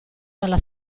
dalla